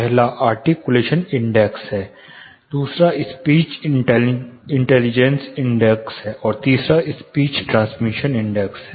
पहला articulation index है दूसरा स्पीच इंटेलीजेंस इंडेक्स है और तीसरा स्पीच ट्रांसमिशन इंडेक्स है